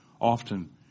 often